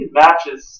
matches